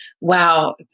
Wow